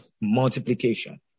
multiplication